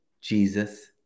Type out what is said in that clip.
Jesus